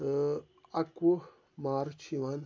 تہٕ اَکوُہ مارٕچ چھُ یِوان